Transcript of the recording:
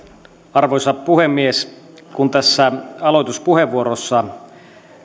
arvoisa puhemies kun tässä aloituspuheenvuorossa